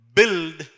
Build